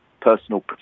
personal